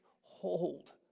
hold